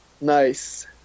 Nice